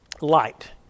Light